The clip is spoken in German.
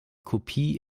kopie